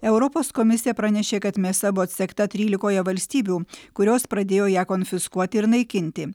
europos komisija pranešė kad mėsa buvo atsekta trylikoje valstybių kurios pradėjo ją konfiskuoti ir naikinti